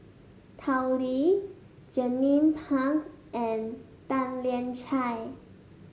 Tao Li Jernnine Pang and Tan Lian Chye